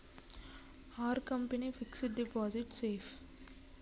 Are company fixed deposit safe?